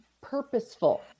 purposeful